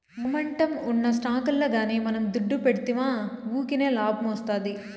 momentum ఉన్న స్టాకుల్ల గానీ మనం దుడ్డు పెడ్తిమా వూకినే లాబ్మొస్తాది